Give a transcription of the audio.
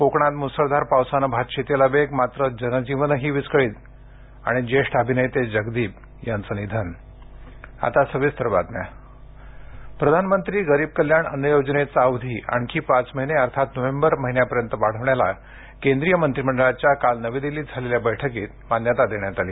कोकणात मूसळधार पावसाने भातशेतीला वेग मात्र जनजीवनही विस्कळीत केंद्रीय मंत्रिमंडळ प्रधानमंत्री गरीब कल्याण अन्न योजनेचा अवधी आणखी पाच महिने अर्थात नोव्हेंबर महिन्यापर्यंत वाढवण्याला केंद्रीय मंत्रिमंडळाच्या काल नवी दिल्लीत झालेल्या बैठकीत मान्यता देण्यात आली